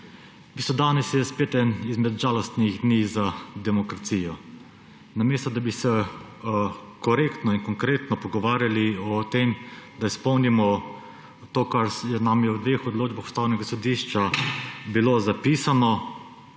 je danes spet en izmed žalostnih dni za demokracijo. Namesto da bi se korektno in konkretno pogovarjali o tem, da izpolnimo to, kar nam je v dveh odločbah Ustavnega sodišča bilo zapisano,